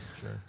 Sure